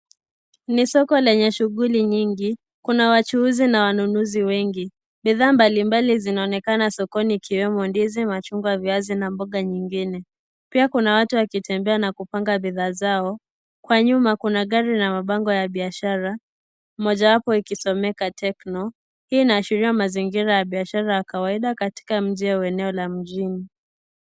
Ni soko lenye shughuli nyingi, kuna wachuuzi na wanunuzi wengi. Bidhaa mbalimbali zinaonekana sokoni ikiwemo ndizi, machungwa, viazi na mboga nyingine pia kuna watu wakitembea na kupanga bidhaa zao. Kwa nyuma kuna gari la mabango ya biashara mojawapo ikisomeka Tecno. Hii inaashiria mazingira ya biashara ya kawaida katika mji wa eneo la mjini.